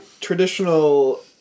traditional